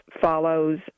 follows